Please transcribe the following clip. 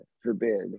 forbid